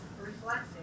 reflecting